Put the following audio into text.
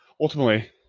ultimately